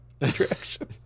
attraction